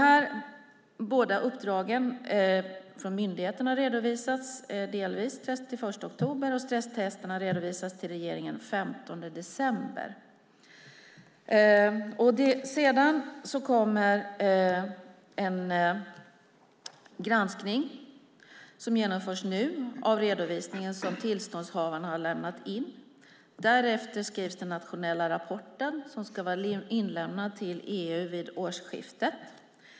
Myndigheten redovisade det ena uppdraget den 31 oktober, och stresstesterna kommer att redovisas för regeringen den 15 december. Sedan kommer en granskning, som nu genomförs, av den redovisning som tillståndshavarna har lämnat in. Därefter skrivs den nationella rapporten, som ska vara inlämnad till EU vid årsskiftet.